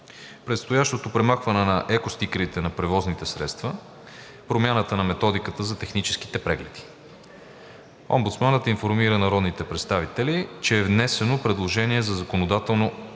предстоящото премахване на екостикерите на превозните средства, промяната на методиката за техническите прегледи. Омбудсманът информира народните представители, че е внесено предложение за законодателно уреждане